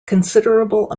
considerable